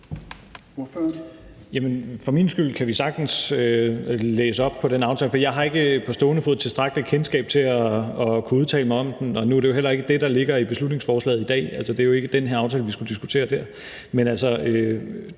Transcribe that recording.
For min skyld kan vi sagtens læse op på den aftale, for jeg har ikke på stående fod tilstrækkeligt kendskab til at kunne udtale mig om den. Nu er det jo heller ikke det, der ligger i beslutningsforslaget i dag, altså, det er ikke den her aftale, vi skulle diskutere der.